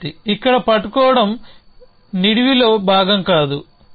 విద్యార్థి ఇక్కడ పట్టుకోవడం నిడివిలో భాగం కాదు